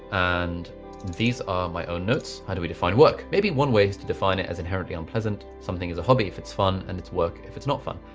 and these are my own notes. how do we define work? maybe one way is to define it as inherently unpleasant, something as a hobby, if it's fun and it's work, if it's not fun,